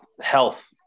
health